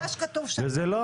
זה לא